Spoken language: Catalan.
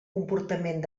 comportament